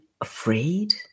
afraid